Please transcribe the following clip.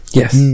yes